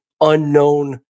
unknown